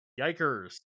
Yikers